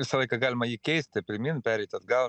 visą laiką galima jį keisti pirmyn pereiti atgal